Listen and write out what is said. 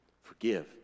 forgive